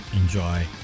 Enjoy